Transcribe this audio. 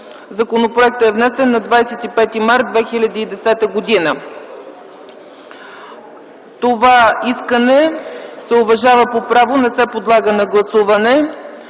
Законопроектът е внесен на 25 март 2010 г. Това искане се уважава по право, не се подлага на гласуване.